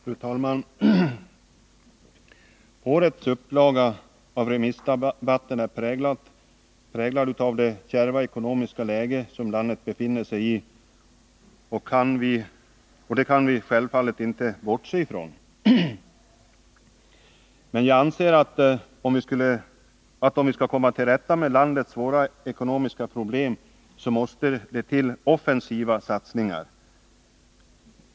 Fru talman! Årets upplaga av remissdebatten är präglad av det kärva ekonomiska läge som landet befinner sig i, och det kan vi självfallet inte bortse ifrån. Men jag anser att om vi skall komma till rätta med landets svåra ekonomiska problem, så måste det till offensiva satsningar.